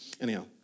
Anyhow